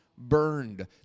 Burned